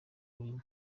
urimo